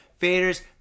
Faders